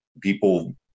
people